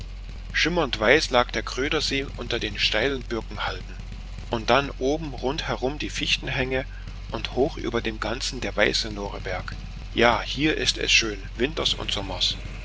schimmernd weiß lag der krödersee unter den steilen birkenhalden und dann oben rundherum die fichtenhänge und hoch über dem ganzen der weiße noreberg ja hier ist es schön winters und sommers